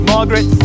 Margaret